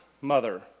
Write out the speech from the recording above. mother